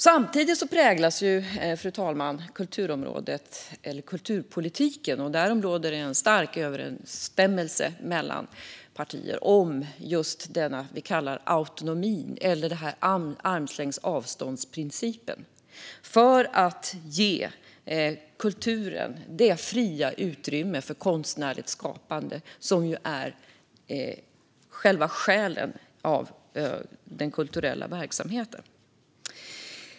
Samtidigt ska kulturpolitiken - därom råder stor enighet mellan partierna - präglas av det vi kallar autonomi eller principen om armlängds avstånd för att ge kulturen det fria utrymme för konstnärligt skapande som ju är själva själen i den kulturella verksamheten.